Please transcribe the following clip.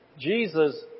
Jesus